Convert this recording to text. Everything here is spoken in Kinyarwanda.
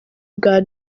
bwa